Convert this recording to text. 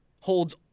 holds